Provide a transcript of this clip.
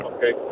Okay